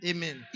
Amen